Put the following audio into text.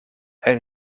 uit